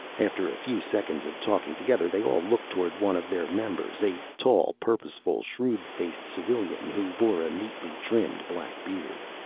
after a few seconds of talking together, they all looked toward one of their members a tall, purposeful, shrewd-faced civilian who bore a neatly-trimmed black beard.